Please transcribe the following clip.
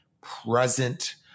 present